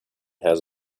has